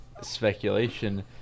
speculation